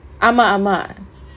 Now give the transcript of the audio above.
ஆமா ஆமா:aamaa aamaa